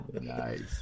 nice